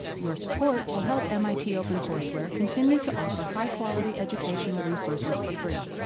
your support will help mit opencourseware continue to offer high quality educational resources for free.